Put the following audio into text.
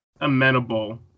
amenable